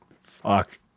Fuck